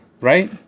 Right